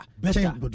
Better